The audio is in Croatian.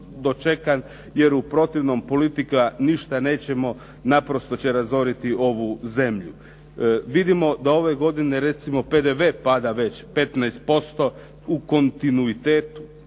dočekan jer u protivnom politika, ništa nećemo, naprosto će razoriti ovu zemlju. Vidimo da ove godine recimo PDV pada već 15% u kontinuitetu